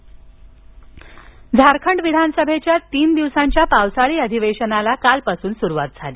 झारखंड विधानसभा झारखंड विधानसभेच्या तीन दिवसांच्या पावसाळी अधिवेशनाला कालपासून सुरवात झाली